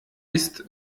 ist